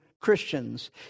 Christians